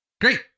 Great